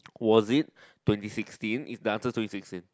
was it twenty sixteen is the after twenty sixteen